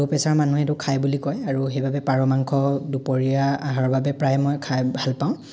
ল' প্ৰেচাৰ মানুহে ত' খাই বুলি কয় আৰু সেইবাবে পাৰ মাংস দুপৰীয়া আহাৰৰ বাবে প্ৰায়ে মই খাই ভাল পাওঁ